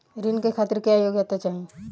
ऋण के खातिर क्या योग्यता चाहीं?